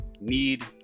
need